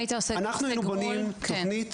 אנחנו בונים תוכנית,